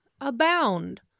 abound